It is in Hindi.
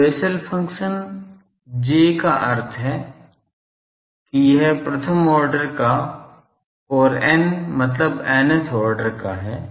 तो बेसेल फ़ंक्शन J का अर्थ है कि यह प्रथम ऑर्डर का और n मतलब n ऑर्डर का है